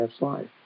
life